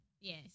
Yes